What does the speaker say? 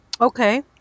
Okay